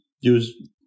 use